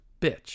bitch